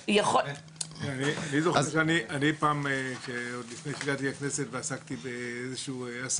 אני זוכר כשעוד לפני שהגעתי לכנסת ועסקתי בעסקים,